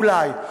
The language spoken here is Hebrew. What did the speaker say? אולי.